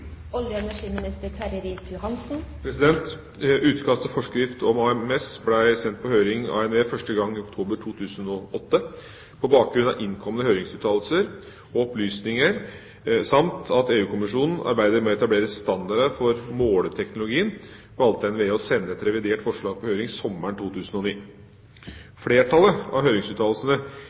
Utkast til forskrift om AMS ble sendt på høring av NVE første gang i oktober 2008. På bakgrunn av innkomne høringsuttalelser og opplysninger samt at EU-kommisjonen arbeider med å etablere standarder for målerteknologien, valgte NVE å sende et revidert forslag på høring sommeren 2009. Flertallet av høringsuttalelsene